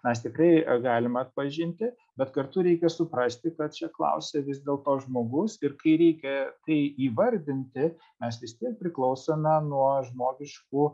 mes tikrai galim atpažinti bet kartu reikia suprasti kad čia klausia vis dėl to žmogaus ir kai reikia tai įvardinti mes vis tiek priklausome nuo žmogiškų